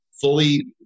fully